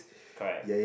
correct